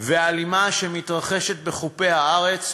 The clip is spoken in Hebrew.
ואלימה שמתרחשת בחופי הארץ,